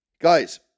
guys